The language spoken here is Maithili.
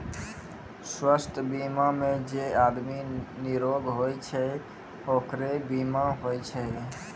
स्वास्थ बीमा मे जे आदमी निरोग होय छै ओकरे बीमा होय छै